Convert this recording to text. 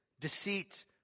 deceit